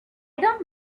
don’t